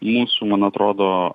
mūsų man atrodo